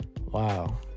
wow